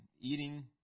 eating